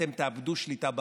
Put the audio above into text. אתם תאבדו שליטה באנשים,